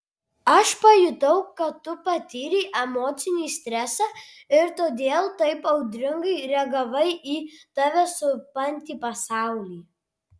aš pajutau kad tu patyrei emocinį stresą ir todėl taip audringai reagavai į tave supantį pasaulį